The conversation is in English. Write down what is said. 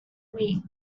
week